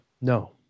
No